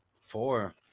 Four